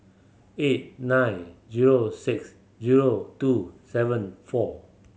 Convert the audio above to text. eight nine zero six zero two seven four